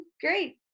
great